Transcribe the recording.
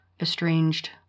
estranged